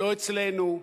לא אצלנו,